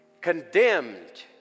Condemned